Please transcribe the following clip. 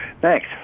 thanks